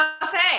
buffet